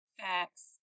facts